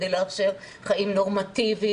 חיים נורמטיביים.